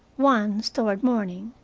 once, toward morning,